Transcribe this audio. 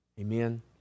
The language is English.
Amen